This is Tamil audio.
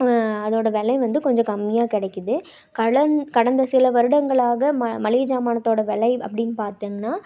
அதோட விலை வந்து கொஞ்சம் கம்மியாக கிடைக்கிது கடந்த சில வருடங்களாக மளிகை ஜாமானுத்தோட விலை அப்படின்னு பாத்திங்கன்னா